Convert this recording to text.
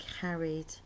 carried